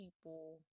people